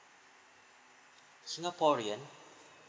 singaporean